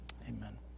amen